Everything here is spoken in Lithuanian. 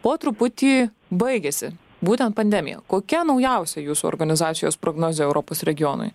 po truputį baigiasi būtent pandemija kokia naujausia jūsų organizacijos prognozė europos regionui